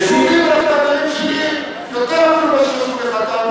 לי ולחברים שלי יותר אפילו משזה חשוב לך,